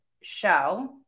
show